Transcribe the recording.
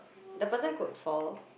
the person could fall